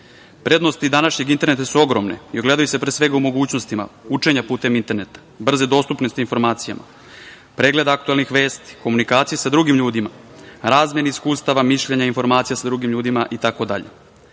današnjeg interneta su ogromne i ogledaju se pre svega u mogućnostima učenja putem interneta, brze dostupnosti informacijama, pregled aktuelnih vesti, komunikacije sa drugim ljudima, razmeni iskustava, mišljenja i informacija sa drugim ljudima